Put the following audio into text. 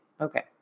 Okay